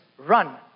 Run